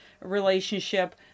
relationship